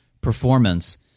performance